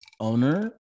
owner